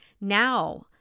now